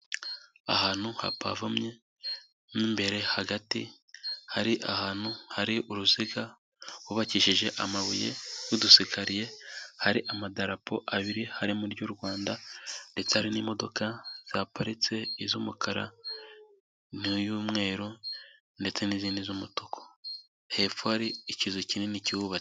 Ahantu hapavomye, mo imbere hagati hari ahantu hari uruziga, hubakishije amabuye n'udusikariye, hari amadarapo abiri harimo iry'u Rwanda, ndetse hari n'imodoka zihaparitse, iz'umukara n'iy'umweru ndetse n'izindi z'umutuku, hepfo hari ikizu kinini kihubatse.